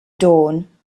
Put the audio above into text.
dawn